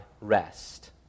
rest